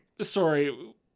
sorry